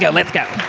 yeah let's go.